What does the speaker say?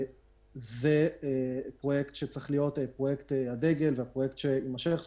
זה פרויקט שצריך להיות פרויקט הדגל שיימשך.